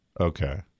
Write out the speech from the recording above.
okay